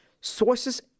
Sources